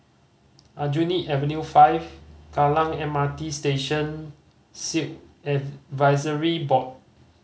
Aljunied Avenue Five Kallang M R T Station Sikh Advisory Board